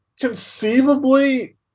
conceivably